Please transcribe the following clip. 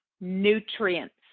nutrients